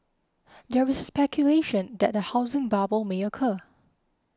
there is speculation that a housing bubble may occur